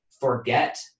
forget